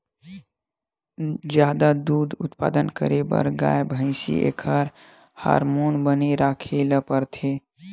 जादा दूद उत्पादन करे बर गाय, भइसी एखर हारमोन बने राखे ल परथे